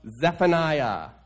Zephaniah